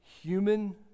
human